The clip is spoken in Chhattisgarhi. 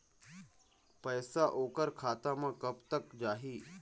पैसा ओकर खाता म कब तक जाही?